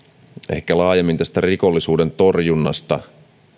ehkä laajemmin rikollisuuden torjunnasta